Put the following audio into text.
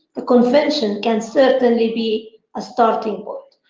the convention can certainly be a starting point.